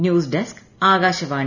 news desk Akashvani